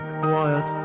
quiet